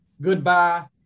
goodbye